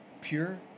pure